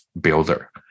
Builder